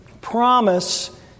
promise